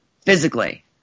physically